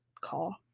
call